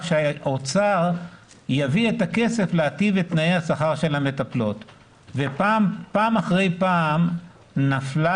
שהאוצר יביא את הכסף להיטיב את תנאי השכר של המטפלות ופעם אחר פעם נפל